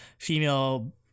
female